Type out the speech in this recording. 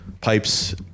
pipes